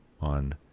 on